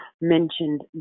mentioned